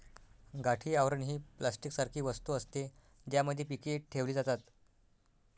गाठी आवरण ही प्लास्टिक सारखी वस्तू असते, ज्यामध्ये पीके ठेवली जातात